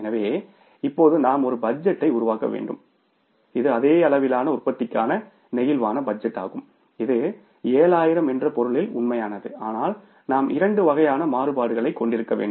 எனவே இப்போது நாம் ஒரு பட்ஜெட்டை உருவாக்க வேண்டும் இது அதே அளவிலான உற்பத்திக்கான பிளேக்சிபிள் பட்ஜெட்டாகும் இது 7000 என்ற பொருளில் உண்மையானது ஆனால் நாம் இரண்டு வகையான மாறுபாடுகளைக் கொண்டிருக்க வேண்டும்